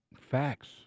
Facts